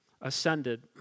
ascended